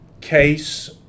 case